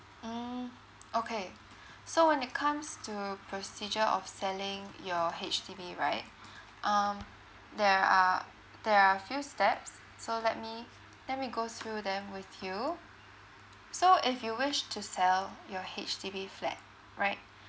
mm okay so when it comes to procedure of selling your H_D_B right um there are there are a few steps so let me let me go through them with you so if you wish to sell your H_D_B flat right